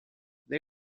they